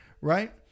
right